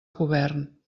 govern